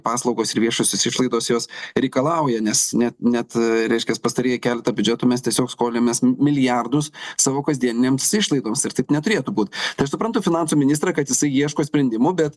paslaugos ir viešosios išlaidos jos reikalauja nes net net reiškias pastarieji keleta biudžetų mes tiesiog skolimės milijardus savo kasdieninėms išlaidoms ir taip neturėtų būt tai aš suprantu finansų ministrą kad jisai ieško sprendimų bet